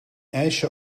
ijsje